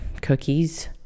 cookies